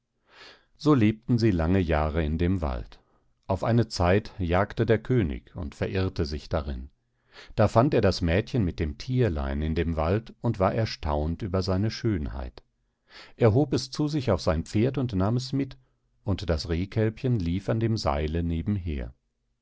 so lebten sie lange jahre in dem wald auf eine zeit jagte der könig und verirrte sich darin da fand er das mädchen mit dem thierlein in dem wald und war erstaunt über seine schönheit er hob es zu sich auf sein pferd und nahm es mit und das rehkälbchen lief an dem seile nebenher